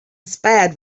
spared